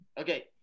Okay